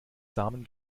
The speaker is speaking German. samen